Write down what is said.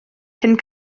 cyn